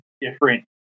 different